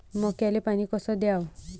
मक्याले पानी कस द्याव?